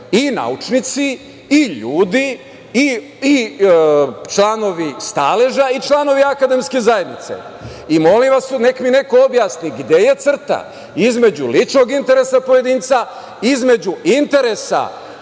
i naučnici i ljudi i članovi staleža i članovi akademske zajednice. Molim vas, neka mi neko objasni gde je crta između ličnog interesa pojedinca, između interesa